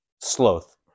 Sloth